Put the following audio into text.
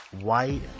white